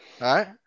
right